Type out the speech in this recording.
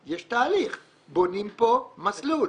יש תהליך, בונים פה מסלול,